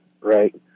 right